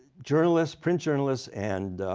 journalists, print journalists and